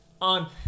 On